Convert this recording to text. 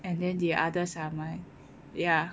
and then the others I'm like